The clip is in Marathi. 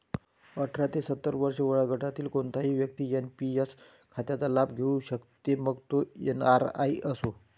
अठरा ते सत्तर वर्षे वयोगटातील कोणतीही व्यक्ती एन.पी.एस खात्याचा लाभ घेऊ शकते, मग तो एन.आर.आई असो